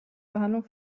behandlung